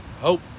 hope